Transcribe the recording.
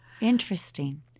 interesting